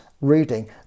reading